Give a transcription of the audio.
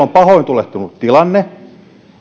on pahoin tulehtunut tilanne